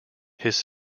his